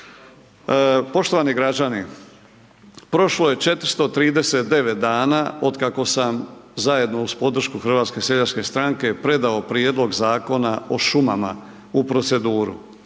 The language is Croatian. Poštovani građani prošlo je 439 dana od kako sam zajedno uz podršku Hrvatske seljačke stranke, predao prijedlog Zakona o šumama u proceduru.